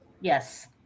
yes